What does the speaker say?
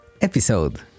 episode